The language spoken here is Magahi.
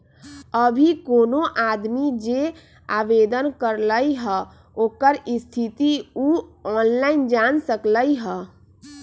अभी कोनो आदमी जे आवेदन करलई ह ओकर स्थिति उ ऑनलाइन जान सकलई ह